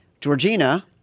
Georgina